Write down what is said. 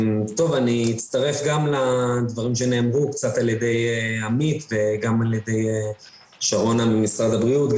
אני אצטרף לדברים שנאמרו על ידי עמית ועל ידי שרונה ממשרד הבריאות.